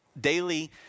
daily